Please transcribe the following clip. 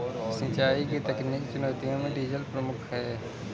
सिंचाई की तकनीकी चुनौतियों में डीजल प्रमुख है